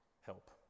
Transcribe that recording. help